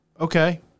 Okay